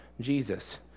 Jesus